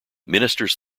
ministers